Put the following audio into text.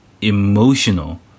emotional